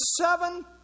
seven